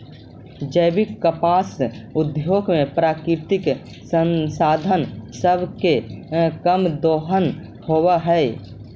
जैविक कपास उद्योग में प्राकृतिक संसाधन सब के कम दोहन होब हई